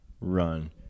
run